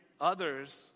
Others